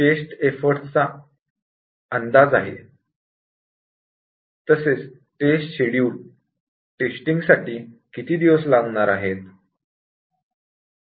taste effort चा अंदाज केला जातो तसेच टेस्ट शेड्यूल टेस्टिंग साठी किती दिवस लागणार आहेत